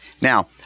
Now